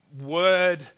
word